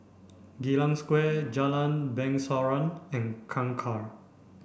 Geylang Square Jalan Bangsawan and Kangkar